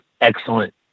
excellent